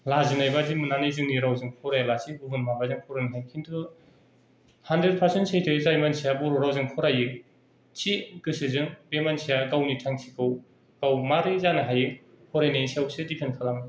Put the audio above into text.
लाजिनायबादि मोननानै जोंनि रावजों फरायालासे गुबुन माबाजों फोरोंनाय खिनथु हानद्रेद फारसेन्थ सैथो जाय मानसिया बर' रावजों फरायो थि गोसोजों बे मानसिया गावनि थांखिखौ गाव मारै जानो हायो फरायनायनि सायावसो दिफेन्द खालामो